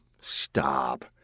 stop